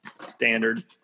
standard